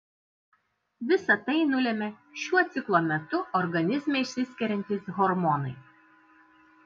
visa tai nulemia šiuo ciklo metu organizme išsiskiriantys hormonai